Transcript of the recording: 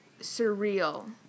surreal